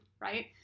right